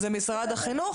זה משרד החינוך,